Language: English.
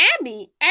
Abby